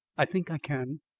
i think i can.